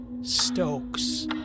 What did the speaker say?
Stokes